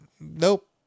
nope